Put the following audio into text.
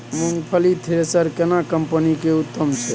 मूंगफली थ्रेसर केना कम्पनी के उत्तम छै?